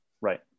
Right